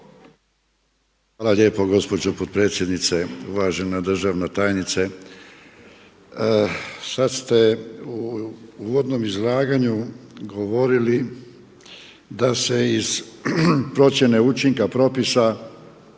Hvala lijepo gospođo potpredsjednice. Uvažena državna tajnice. Sada ste u uvodnom izlaganju govorili da se iz procjene učinka propisa